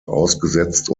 ausgesetzt